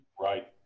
Right